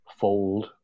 fold